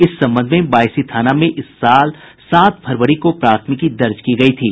इस संबंध में बायसी थाना में इस साल सात फरवरी को प्राथमिकी दर्ज की गयी थी